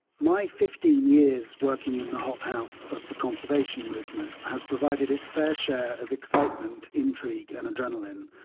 my fifteen years working in the hothouse of the conservation movement has provided its fair share of excitement, intrigue and adrenaline,